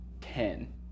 Ten